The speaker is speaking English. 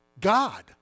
God